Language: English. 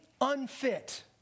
unfit